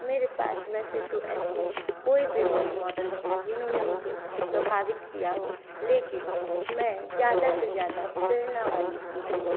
मेरे पास वैसे तो ऐसे कोई भी रोल मॉडल नहीं जिन्होंने मुझे प्रभावित किया हो लेकिन मैं ज्यादा से ज्यादा प्रेरणा वाली चीजें